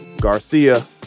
Garcia